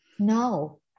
No